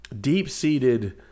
deep-seated